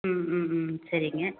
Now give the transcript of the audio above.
ம் ம் ம் சரிங்க